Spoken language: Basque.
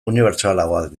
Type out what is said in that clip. unibertsalagoak